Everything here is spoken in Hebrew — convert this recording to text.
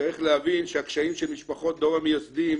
צריך להבין שהקשיים של משפחות דור המייסדים